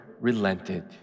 relented